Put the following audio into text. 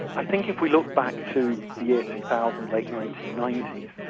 i think if we look back to the year two thousand, late nineteen ninety s,